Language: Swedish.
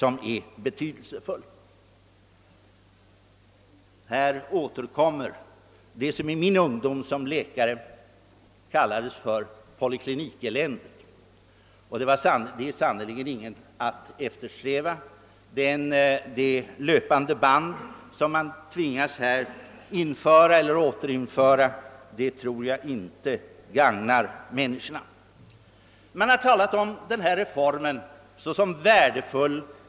Jag återkommer här till det som i min ungdom som läkare kallades för poliklinikeländet. Det är sannerligen ingenting att eftersträva. Det arbete efter löpandebandprincipen som man kanske tvingas återinföra tror jag inte alls gagnar människorna. Man har beskrivit denna reform som så värdefull bla.